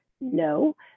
no